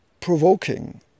provoking